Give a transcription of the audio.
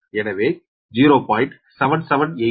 எனவே 0